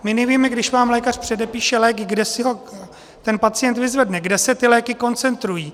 My nevíme, když vám lékař předepíše lék, kde si ho ten pacient vyzvedne, kde se ty léky koncentrují.